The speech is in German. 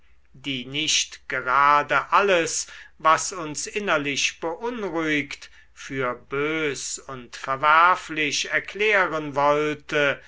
die nicht gerade alles was uns innerlich beunruhigt für bös und verwerflich erklären wollte